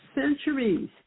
centuries